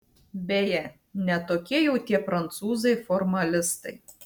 beje ne tokie jau tie prancūzai formalistai